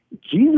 Jesus